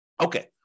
Okay